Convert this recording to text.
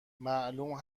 معلوم